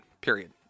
period